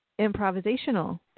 improvisational